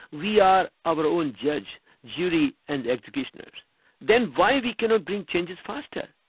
we are our own judge, jury and executioner. then why we cannot bring changes faster.